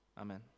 Amen